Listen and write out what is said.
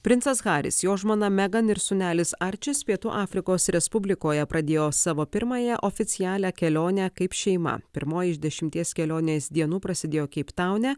princas haris jo žmona megan ir sūnelis arčis pietų afrikos respublikoje pradėjo savo pirmąją oficialią kelionę kaip šeima pirmoji iš dešimties kelionės dienų prasidėjo keiptaune